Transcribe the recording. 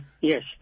yes